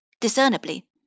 discernibly